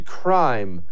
crime